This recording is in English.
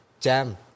jam